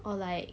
or like